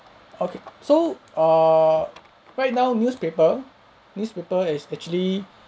okay so err right now newspaper newspaper is actually